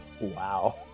wow